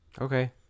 okay